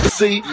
see